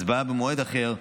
ההצבעה תהיה במועד אחר,